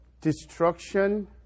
destruction